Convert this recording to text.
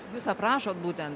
jūs aprašot būtent